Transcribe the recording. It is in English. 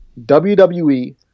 WWE